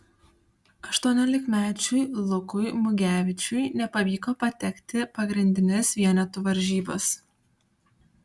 aštuoniolikmečiui lukui mugevičiui nepavyko patekti pagrindines vienetų varžybas